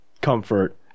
comfort